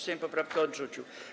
Sejm poprawkę odrzucił.